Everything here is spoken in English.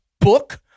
book